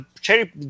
cherry